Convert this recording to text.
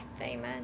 Amen